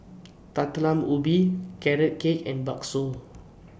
Ubi Carrot Cake and Bakso